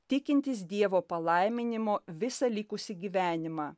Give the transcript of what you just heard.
tikintis dievo palaiminimo visą likusį gyvenimą